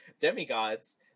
demigods